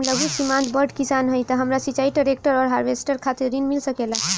हम लघु सीमांत बड़ किसान हईं त हमरा सिंचाई ट्रेक्टर और हार्वेस्टर खातिर ऋण मिल सकेला का?